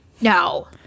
No